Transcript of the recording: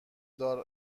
دار